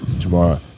tomorrow